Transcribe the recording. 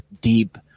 deep